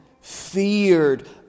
feared